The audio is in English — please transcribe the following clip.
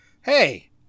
hey